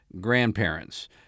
grandparents